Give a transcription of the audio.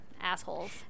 assholes